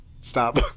Stop